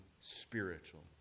spiritual